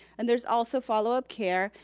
and there's also follow-up care.